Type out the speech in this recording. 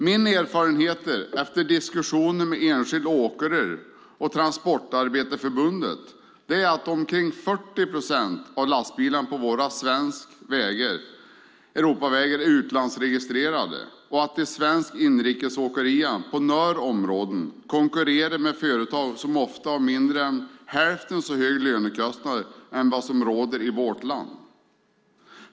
Mina erfarenheter efter diskussioner med enskilda åkare och Transportarbetareförbundet är att omkring 40 procent av lastbilarna på våra svenska Europavägar är utlandsregistrerade och att de svenska inrikesåkerierna på några områden konkurrerar med företag som ofta har mindre än hälften så höga lönekostnader än vad som råder i vårt land.